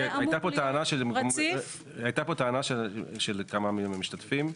כי הייתה פה טענה של כמה מהמשתתפים,